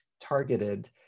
targeted